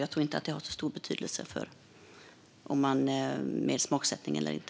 Jag tror inte att det har så stor betydelse om det är smaksättning eller inte.